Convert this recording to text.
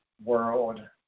world